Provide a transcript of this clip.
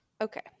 Okay